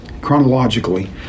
chronologically